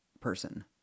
person